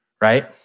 right